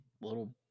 little